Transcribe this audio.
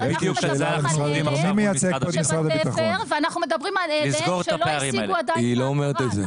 על אלה שבתפר ואנחנו מדברים על אלה שלא השיגו עדיין את ההכרה,